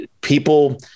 people